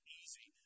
easy